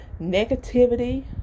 negativity